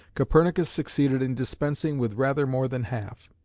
copernicus succeeded in dispensing with rather more than half,